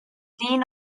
dean